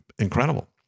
incredible